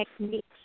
techniques